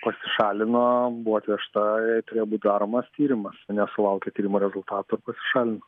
pasišalino buvo atvežta jai turėjo būt daromas tyrimas nesulaukė tyrimo rezultatų ir pasišalino